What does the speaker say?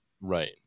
Right